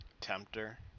Tempter